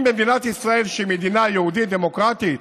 אם במדינת ישראל, שהיא מדינה יהודית דמוקרטית,